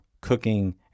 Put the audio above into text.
cooking